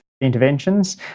interventions